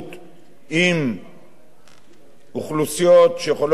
עם אוכלוסיות שיכולות להיות,